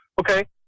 Okay